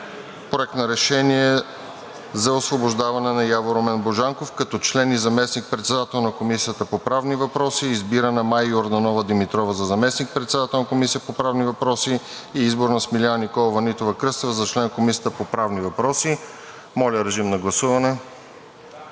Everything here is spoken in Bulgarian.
Проект на решение за освобождаване на Явор Руменов Божанков като член и заместник-председател на Комисията по правни въпроси. Избираме Мая Йорданова Димитрова за заместник-председател на Комисията по правни въпроси и избор на Смиляна Николова Нитова-Кръстева за член на Комисията по правни въпроси. Моля, гласувайте.